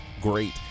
great